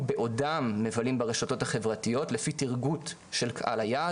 בעודם מבלים ברשתות החברתיות לפי טירגוט של קהל היעד,